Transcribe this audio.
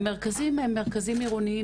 המרכזים הם מרכזים עירוניים,